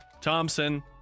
Thompson